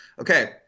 Okay